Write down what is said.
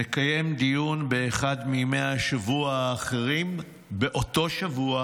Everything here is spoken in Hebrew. נקיים דיון באחד מימי השבוע האחרים באותו שבוע,